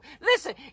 Listen